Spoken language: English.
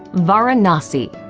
varanasi.